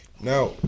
Now